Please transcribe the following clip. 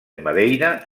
madeira